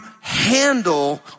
handle